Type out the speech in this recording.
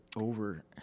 Over